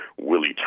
Willie